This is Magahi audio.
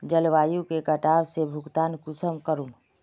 जलवायु के कटाव से भुगतान कुंसम करूम?